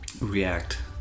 react